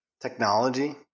Technology